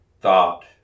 thought